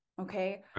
Okay